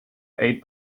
eight